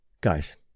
guys